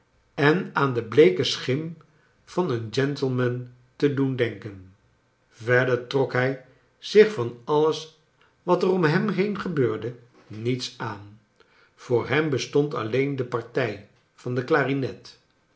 en aan de bleeke schim van een gentleman te doen denken verder trok hij zich van alles wat er om hem heen gebeurde niets aan voor hem bestond alleen de partij van de clarinet